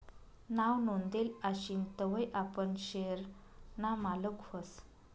नाव नोंदेल आशीन तवय आपण शेयर ना मालक व्हस